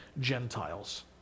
Gentiles